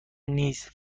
نیز